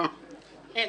אין.